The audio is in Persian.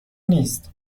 نیست